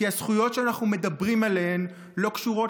כי הזכויות שאנחנו מדברים עליהן לא קשורות